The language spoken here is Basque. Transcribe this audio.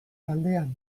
taldean